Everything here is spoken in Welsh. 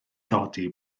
godi